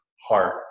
heart